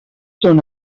són